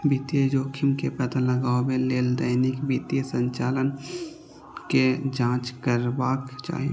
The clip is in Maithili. वित्तीय जोखिम के पता लगबै लेल दैनिक वित्तीय संचालन के जांच करबाक चाही